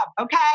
okay